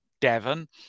Devon